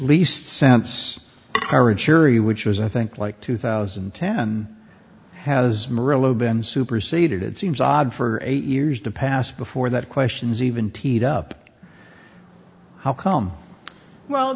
least sense her a jury which was i think like two thousand and ten has been superseded it seems odd for eight years to pass before that questions even teed up how come well